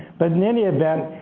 but in any event,